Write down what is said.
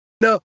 No